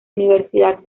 universidad